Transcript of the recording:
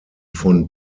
von